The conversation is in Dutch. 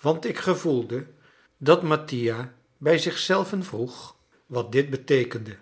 want ik gevoelde dat mattia bij zichzelven vroeg wat dit beteekende